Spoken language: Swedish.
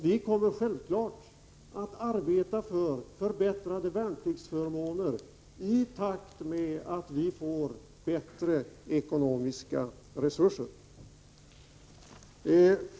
Vi kommer självfallet att fortsätta arbeta för förbättrade värnpliktsförmåner i takt med att vi får bättre ekonomiska resurser.